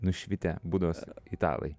nušvitę budos italai